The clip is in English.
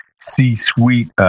C-suite